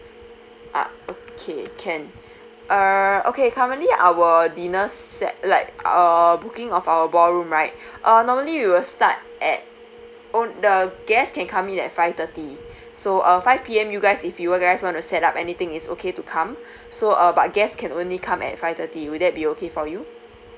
ah okay can uh okay currently our dinners set like uh booking of our ballroom right uh normally we will start at own the guest can come in at five thirty so uh five P_M you guys if you guys wanna set up anything is okay to come so uh but guest can only come at five thirty will that be okay for you